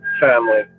family